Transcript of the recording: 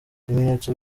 ibimenyetso